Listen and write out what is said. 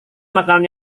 makanan